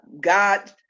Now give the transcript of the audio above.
God